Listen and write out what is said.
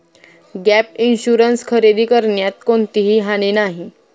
gap insurance खरेदी करण्यात कोणतीही हानी नाही